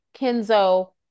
Kenzo